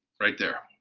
right there.